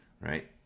right